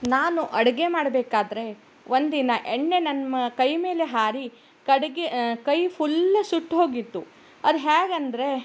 ನಾನು ಅಡುಗೆ ಮಾಡಬೇಕಾದ್ರೆ ಒಂದಿನ ಎಣ್ಣೆ ನನ್ನ ಮ ಕೈ ಮೇಲೆ ಹಾರಿ ಕಡೆಗೆ ಕೈ ಫುಲ್ ಸುಟ್ಟುಹೋಗಿತ್ತು ಅದು ಹೇಗಂದ್ರೆ